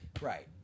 right